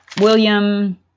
William